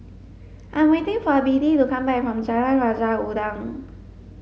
I'm waiting for Biddie to come back from Jalan Raja Udang